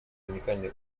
уникальный